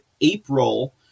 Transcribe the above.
April